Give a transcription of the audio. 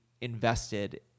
invested